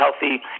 healthy